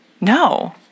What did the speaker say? No